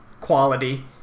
quality